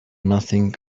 nothing